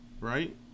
Right